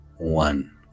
one